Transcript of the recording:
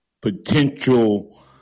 potential